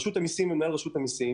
מנהל רשות המיסים